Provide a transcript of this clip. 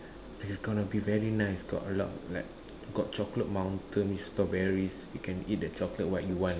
it is gonna be very nice got a lot like got chocolate mountain with strawberries you can eat the chocolate what you want